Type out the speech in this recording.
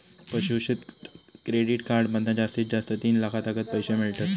पशू शेतकऱ्याक credit card मधना जास्तीत जास्त तीन लाखातागत पैशे मिळतत